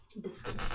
distance